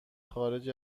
خارج